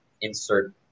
insert